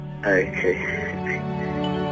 Okay